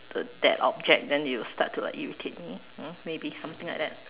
the that object then it will start to like irritate me mm maybe something like that